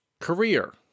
Career